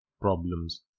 problems